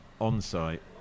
on-site